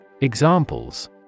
Examples